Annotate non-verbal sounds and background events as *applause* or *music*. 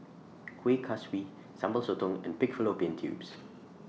*noise* Kuih Kaswi Sambal Sotong and Pig Fallopian Tubes